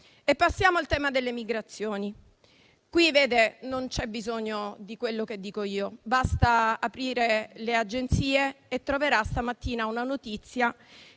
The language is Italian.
Passiamo al tema delle migrazioni. Non c'è bisogno di quello che dico io; basta aprire le agenzie e troverà stamattina una notizia